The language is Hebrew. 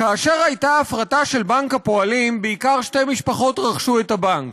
"כאשר הייתה הפרטה של בנק הפועלים בעיקר שתי משפחות רכשו את הבנק,